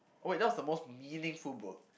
oh wait that was the most meaningful book